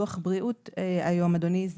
ביטוח בריאות היום אדוני,